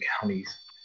counties